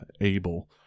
able